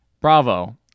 bravo